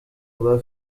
rwa